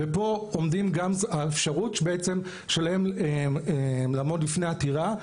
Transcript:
ופה עומדים גם האפשרות בעצם שלהם לעמוד בפני עתירה.